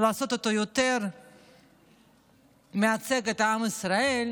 לעשות אותו יותר מייצג של עם ישראל,